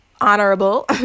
honorable